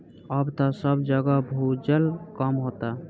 अब त सब जगह भूजल कम होता